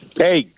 Hey